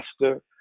Master